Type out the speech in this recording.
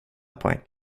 poäng